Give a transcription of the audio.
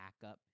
backup